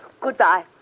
Goodbye